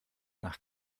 nach